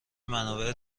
منابع